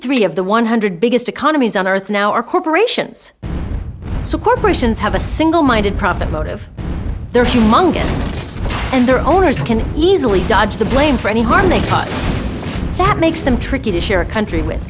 three of the one hundred biggest economies on earth now are corporations so corporations have a single minded profit motive there are monkeys and their owners can easily dodge the blame for any harm they cause that makes them tricky to share a country with